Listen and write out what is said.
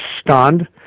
stunned